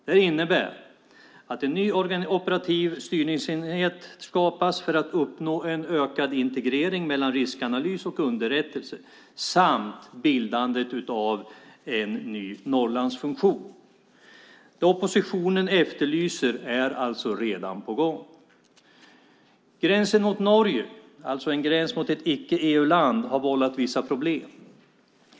Det innebär att en ny operativ styrningsenhet skapas för att uppnå en ökad integrering mellan riskanalys och underrättelse samt bildandet av en ny Norrlandsfunktion. Det oppositionen efterlyser är alltså redan på gång. Gränsen mot Norge, alltså en gräns mot ett icke-EU-land, har vållat vissa problem.